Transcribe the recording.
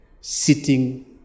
sitting